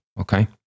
okay